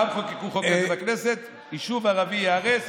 פעם חוקקו חוק כזה בכנסת שיישוב ערבי ייהרס,